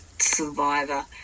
survivor